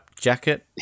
jacket